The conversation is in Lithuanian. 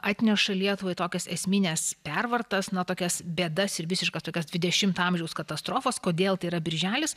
atneša lietuvai tokias esmines pervartas na tokias bėdas ir visiškas tokias dvidešimto amžiaus katastrofos kodėl tai yra birželis